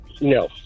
No